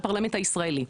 הפרלמנט הישראלי.